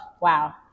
wow